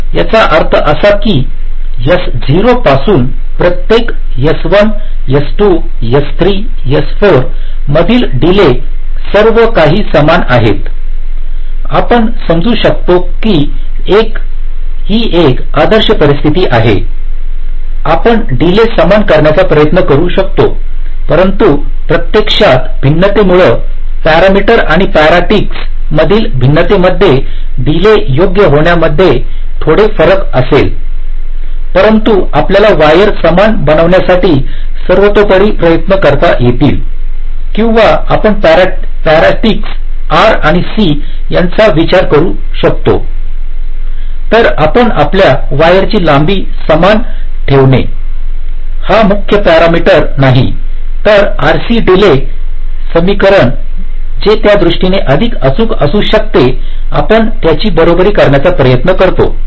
याचा अर्थ असा आहे की S0 पासून प्रत्येक S1 S2 S3S4 मधील डीले सर्व काही समान आहेत आपण समजू शकता की ही एक आदर्श परिस्थिती आहे आपण डीले समान करण्याचा प्रयत्न करू शकतो परंतु प्रत्यक्षात भिन्नतेमुळे पॅरामीटर आणि पॅरासिटीक्स मधील भिन्नतांमध्ये डीले योग्य होण्यामध्ये थोडे फरक असेल परंतु आपल्याला वायर समान बनविण्यासाठी सर्वतोपरी प्रयत्न करता येतील किंवा आपण पॅरासिटीक्स R आणि C यांचा विचार करू शकतो तर आपण आपल्या वायरची लांबी समान ठेवणे हा मुख्य पॅरामीटर नाही तर RC डीले समीकरण जे त्या दृष्टीने अधिक अचूक असू शकते आपण त्यांची बरोबरी करण्याचा प्रयत्न करतो